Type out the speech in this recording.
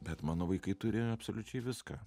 bet mano vaikai turi absoliučiai viską